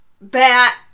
bat